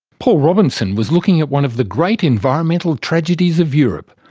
paul robinson was looking at one of the great environmental tragedies of europe,